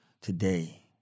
today